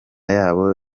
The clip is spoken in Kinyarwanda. yabo